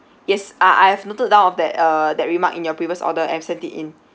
yes I I have noted down of that uh that remark in your previous order I've sent it in